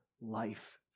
life